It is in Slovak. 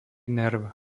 nerv